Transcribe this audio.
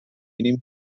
mínim